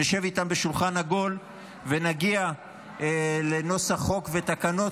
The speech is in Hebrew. אנחנו נשב איתם בשולחן עגול ונגיע כבר לנוסח חוק ותקנות